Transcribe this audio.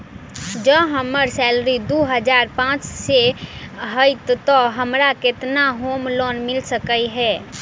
जँ हम्मर सैलरी दु हजार पांच सै हएत तऽ हमरा केतना होम लोन मिल सकै है?